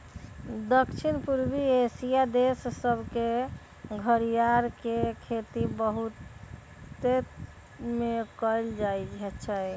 दक्षिण पूर्वी एशिया देश सभमें घरियार के खेती बहुतायत में कएल जाइ छइ